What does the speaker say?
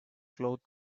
cloth